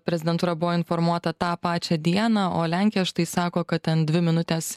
prezidentūra buvo informuota tą pačią dieną o lenkija štai sako kad ten dvi minutės